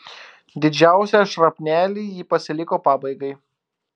didžiausią šrapnelį ji pasiliko pabaigai